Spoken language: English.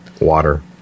water